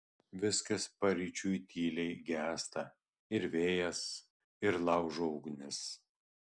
viskas paryčiui tyliai gęsta ir vėjas ir laužo ugnis